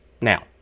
now